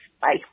bye